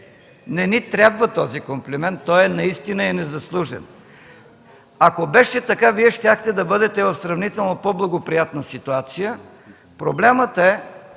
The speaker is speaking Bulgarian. Не ни трябва този комплимент, той наистина е незаслужен. Ако беше така, Вие щяхте да бъдете в сравнително по-благоприятна ситуация. Проблемът е,